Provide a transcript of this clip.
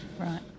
Right